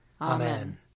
Amen